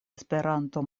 esperanto